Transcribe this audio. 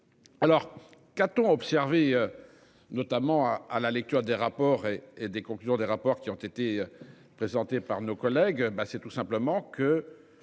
Alors qu'-t-on observé. Notamment à à la lecture des rapports et et des conclusions des rapports qui ont été présentés par nos collègues.